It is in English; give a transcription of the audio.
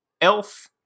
elf